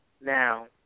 now